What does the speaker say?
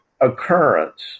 occurrence